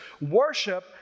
Worship